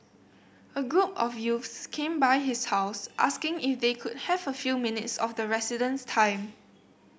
a group of youths came by his house asking if they could have a few minutes of the resident's time